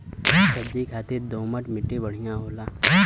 सब्जी खातिर दोमट मट्टी बढ़िया होला